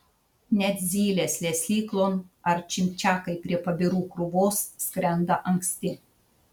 net zylės lesyklon ar čimčiakai prie pabirų krūvos skrenda anksti